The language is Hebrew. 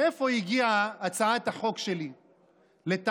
מאיפה הגיעה הצעת החוק שלי לתעדף